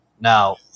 Now